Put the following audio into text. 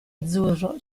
azzurro